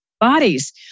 bodies